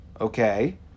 Okay